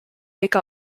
make